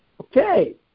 Okay